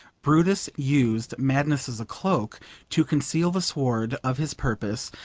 brutus used madness as a cloak to conceal the sword of his purpose,